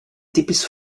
typisch